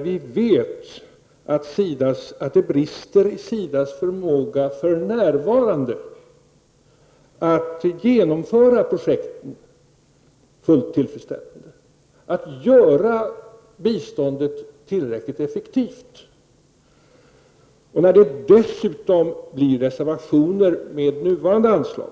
Vi vet ju att det brister i fråga om SIDAs förmåga för närvarande att genomföra projekten på ett fullt tillfredsställande sätt, dvs. att göra biståndet tillräckligt effektivt -- detta sagt med tanke på att det dessutom blir reservationer med nuvarande anslag.